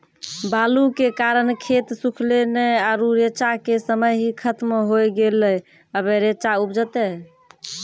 बालू के कारण खेत सुखले नेय आरु रेचा के समय ही खत्म होय गेलै, अबे रेचा उपजते?